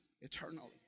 eternally